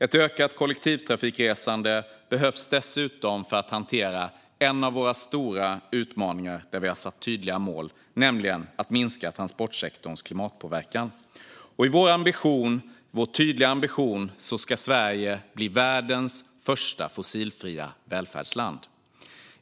Ett ökat kollektivtrafikresande behövs dessutom för att hantera en av våra stora utmaningar där vi har satt tydliga mål, nämligen att minska transportsektorns klimatpåverkan. Vår tydliga ambition är att Sverige ska bli världens första fossilfria välfärdsland.